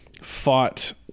fought